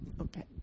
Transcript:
Okay